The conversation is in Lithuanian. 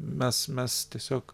mes mes tiesiog